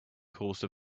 course